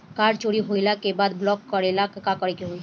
Card चोरी होइला के बाद ब्लॉक करेला का करे के होई?